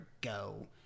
go